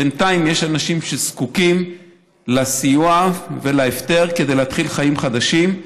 ובינתיים יש אנשים שזקוקים לסיוע ולהפטר כדי להתחיל חיים חדשים.